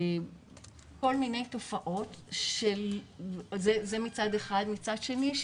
כל מיני תופעות מצד אחד ומצד שני יש